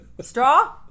Straw